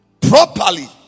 properly